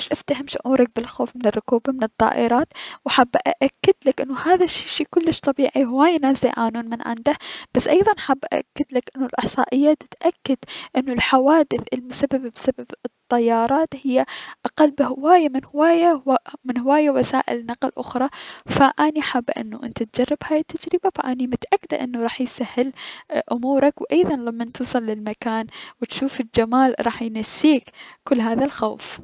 كلش افتهم شعورك من الخوف من ركوب الطائرات و حابة اأكدلك انو هذا الشي شي كلش طبيعي و هواية ناس ديعانون من عنده، بس ايضا حابة اأكدلك انو الأحصائية دتأكد انو الحوادث المسببة بسبب الطيارات هي اقل بهواية من هواي من هواي وسائل نقل اخرى، فاني حابة انو انت تجرب هذي التجربة فاني متأكدة انو راح يسهل امورك و ايضا لمن توصل للمكان و تشوف الجمال راح ينسيك كل هذا الخوف.